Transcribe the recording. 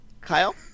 Kyle